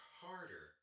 harder